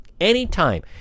anytime